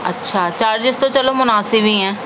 اچھا چارجیز تو چلو مناسب ہی ہیں